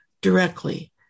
directly